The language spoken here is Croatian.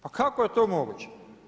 Pa kako je to moguće?